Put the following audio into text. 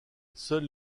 seuls